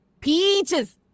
peaches